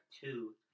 two